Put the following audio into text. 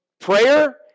prayer